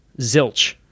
zilch